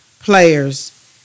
players